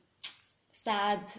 sad